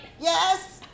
Yes